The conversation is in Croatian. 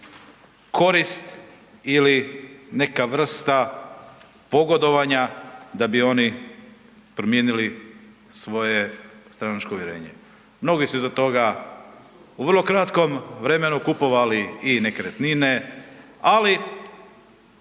korist ili neka vrsta pogodovanja da bi oni promijenili svoje stranačko uvjerenje. Mnogi su iza toga u vrlo kratkom vremenu kupovali i nekretnine, ali